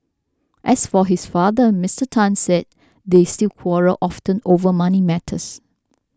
as for his father Mister Tan said they still quarrel often over money matters